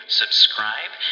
subscribe